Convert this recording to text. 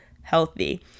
healthy